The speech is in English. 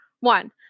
one